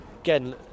again